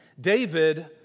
David